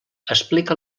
explica